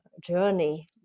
journey